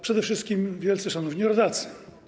Przede wszystkim Wielce Szanowni Rodacy!